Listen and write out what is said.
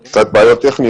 יש פה קצת בעיות טכניות.